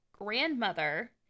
grandmother